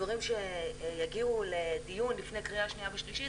מדובר כאן בדברים שיגיעו לדיון לפני קריאה שנייה ושלישית.